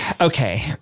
Okay